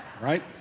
Right